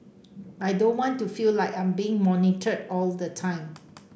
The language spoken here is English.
I don't want to feel like I'm being monitored all the time